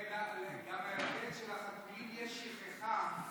ההבדל הוא גם שלחתולים יש שכחה,